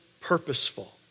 purposeful